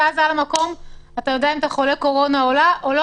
ומייד במקום אתה יודע אם אתה חולה קורונה או לא.